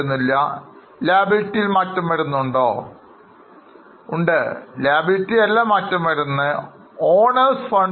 അതെ ബാങ്കിൽ മാറ്റം വരുന്നതിനാൽ മാറും എന്നാൽ മറ്റൊരു Asset മാറുന്നില്ല liability മാറുന്നുണ്ടോ